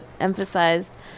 emphasized